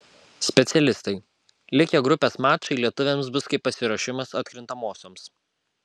specialistai likę grupės mačai lietuviams bus kaip pasiruošimas atkrintamosioms